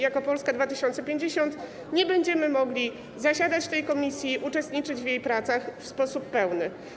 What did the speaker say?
Jako Polska 2050 nie będziemy mogli zasiadać w tej komisji, uczestniczyć w jej pracach w sposób pełny.